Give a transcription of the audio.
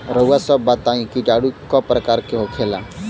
रउआ सभ बताई किटाणु क प्रकार के होखेला?